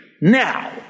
now